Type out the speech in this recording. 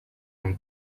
amb